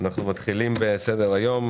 אנחנו מתחילים בסדר היום,